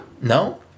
No